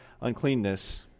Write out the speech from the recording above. uncleanness